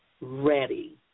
ready